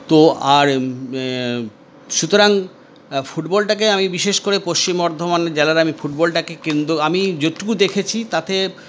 তো আর সুতরাং ফুটবলটাকে আমি বিশেষ করে পশ্চিম বর্ধমান জেলার আমি ফুটবলটাকে কেন্দ্র আমি যতটুকু দেখেছি তাতে